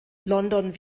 london